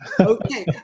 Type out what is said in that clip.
Okay